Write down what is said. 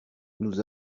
nous